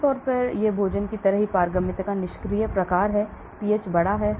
आम तौर पर यह भोजन की तरह ही पारगम्यता का निष्क्रिय प्रकार है पीएच बड़ा है